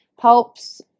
helps